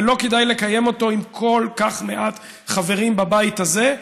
ולא כדאי לקיים אותו עם כל כך מעט חברים בבית הזה,